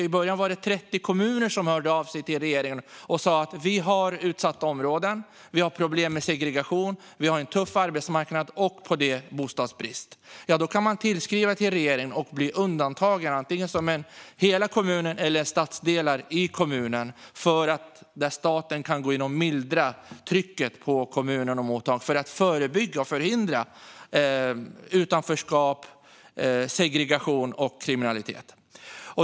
I början var det 30 kommuner som hörde av sig till regeringen och sa att de hade utsatta områden, problem med segregation, tuff arbetsmarknad och dessutom bostadsbrist. Om det är så kan man tillskriva regeringen och få undantag för antingen hela kommunen eller stadsdelar i kommunen. Staten kan på så sätt gå in och mildra trycket på kommunen för att förebygga och förhindra utanförskap, segregation och kriminalitet.